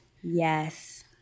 Yes